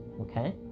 Okay